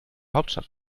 hauptstadt